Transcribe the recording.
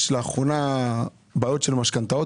יש לאחרונה בעיות של משכנתאות?